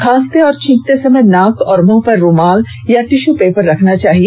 खांसते और छींकते समय नाक और मुंह पर रूमाल अथवा टिश्यू पेपर रखना चाहिए